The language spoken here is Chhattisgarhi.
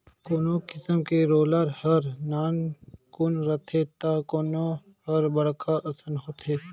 कोनो किसम के रोलर हर नानकुन रथे त कोनो हर बड़खा असन होथे